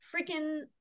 freaking